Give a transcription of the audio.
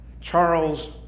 Charles